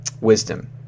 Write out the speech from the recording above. wisdom